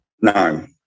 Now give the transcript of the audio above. no